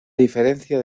diferencia